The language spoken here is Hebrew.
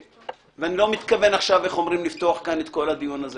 ואני לא מתכוון עכשיו לפתוח את כל הדיון הזה.